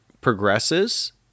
progresses